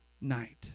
night